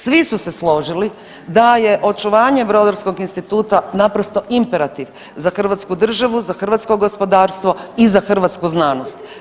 Svi su se složili da je očuvanje Brodarskog instituta naprosto imperativ za Hrvatsku državu, za Hrvatsko gospodarstvo i za hrvatsku znanost.